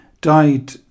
died